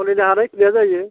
सोलिनो हानाय खिनिया जायो